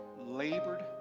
labored